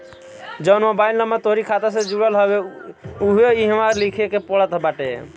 जवन mobile number तोहरी खाता से जुड़ल हवे उहवे इहवा लिखे के पड़त बाटे